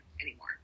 anymore